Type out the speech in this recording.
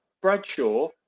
Bradshaw